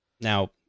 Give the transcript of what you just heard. now